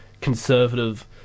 conservative